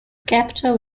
capital